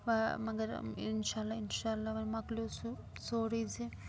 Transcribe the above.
مَگر اِنشاء اللہ اِنشاء اللہ وۄنۍ مۄکلیو سُہ سورُے زِ